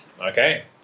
Okay